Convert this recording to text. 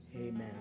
Amen